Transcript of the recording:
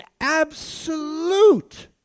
absolute